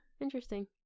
interesting